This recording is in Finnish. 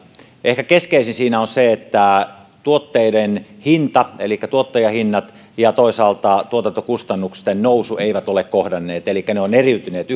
ehkä keskeisin siinä on se että tuotteiden hinta elikkä tuottajahinnat ja toisaalta tuotantokustannusten nousu eivät ole kohdanneet ne ovat eriytyneet